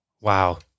Wow